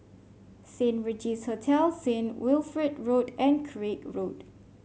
Saint Regis Hotel Saint Wilfred Road and Craig Road